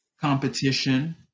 competition